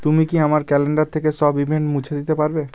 তুমি কি আমার ক্যালেণ্ডার থেকে সব ইভেন্ট মুছে দিতে পারবে